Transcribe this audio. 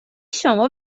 شما